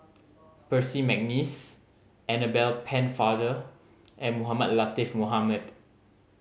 Percy McNeice Annabel Pennefather and Mohamed Latiff Mohamed